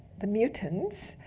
the mutants,